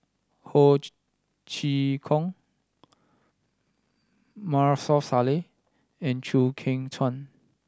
Ho Chee Kong Maarof Salleh and Chew Kheng Chuan